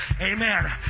Amen